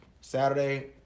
Saturday